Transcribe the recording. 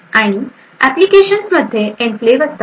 आणि एप्लीकेशन्स मध्ये एनक्लेव्ह असतात